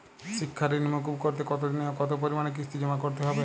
শিক্ষার ঋণ মুকুব করতে কতোদিনে ও কতো পরিমাণে কিস্তি জমা করতে হবে?